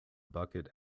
bucket